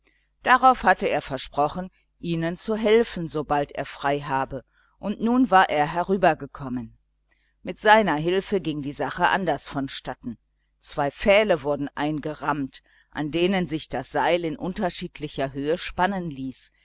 darauf hatte er ihnen versprochen ihnen zu helfen sobald er frei habe und nun war er herübergekommen mit seiner hilfe ging die sache anders vonstatten zwei pfähle wurden eingerammelt an denen sich das seil in verschiedener höhe spannen ließ